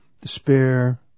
despair